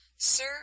Sir